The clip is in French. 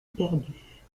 perdue